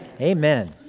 amen